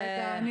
אני